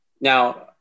Now